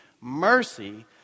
mercy